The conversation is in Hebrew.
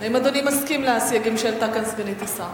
האם אדוני מסכים לסייגים שהעלתה כאן סגנית השר?